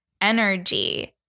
energy